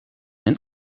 een